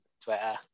Twitter